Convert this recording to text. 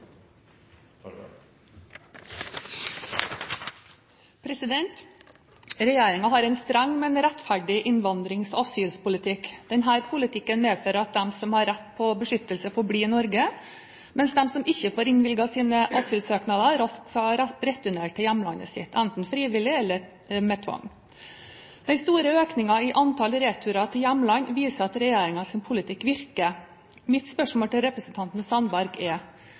har en streng, men rettferdig innvandrings- og asylpolitikk. Denne politikken medfører at de som har rett på beskyttelse, får bli i Norge, mens de som ikke får innvilget sine asylsøknader, raskt skal returnere til hjemlandet sitt, enten frivillig eller med tvang. Den store økningen i antallet returer til hjemland viser at regjeringens politikk virker. Mitt spørsmål til representanten Sandberg er: